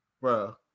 Bro